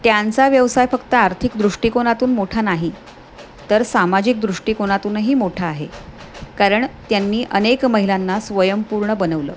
त्यांचा व्यवसाय फक्त आर्थिक दृष्टिकोनातून मोठा नाही तर सामाजिक दृष्टिकोनातूनही मोठा आहे कारण त्यांनी अनेक महिलांना स्वयंपूर्ण बनवलं